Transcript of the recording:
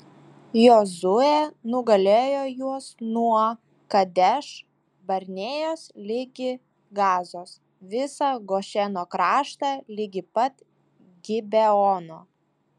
jozuė nugalėjo juos nuo kadeš barnėjos ligi gazos visą gošeno kraštą ligi pat gibeono